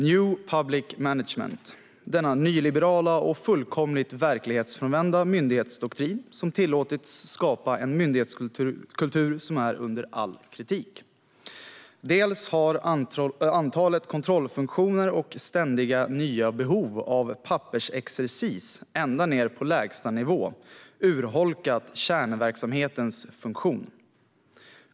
New public management är en nyliberal och fullkomligt verklighetsfrånvänd myndighetsdoktrin som tillåtits skapa en myndighetskultur som är under all kritik. Antalet kontrollfunktioner och ständigt nya behov av pappersexercis ända ned på lägsta nivå har urholkat kärnverksamhetens funktion.